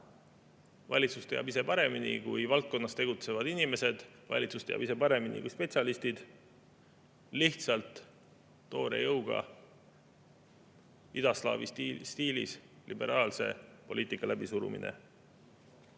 Valitsus teab ise paremini kui valdkonnas tegutsevad inimesed, valitsus teab ise paremini kui spetsialistid. Lihtsalt toore jõuga, idaslaavi stiilis liberaalse poliitika läbisurumine.